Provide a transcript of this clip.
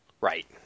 Right